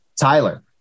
Tyler